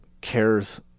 cares